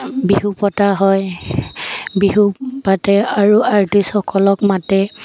বিহু পতা হয় বিহু পাতে আৰু আৰ্টিষ্টসকলক মাতে